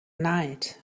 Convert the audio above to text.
night